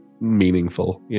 meaningful